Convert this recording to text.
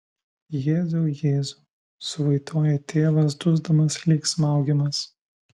jėzau jėzau suvaitoja tėvas dusdamas lyg smaugiamas